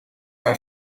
wij